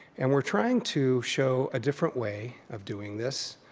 and we're trying to show a different way of doing this,